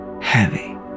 heavy